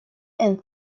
and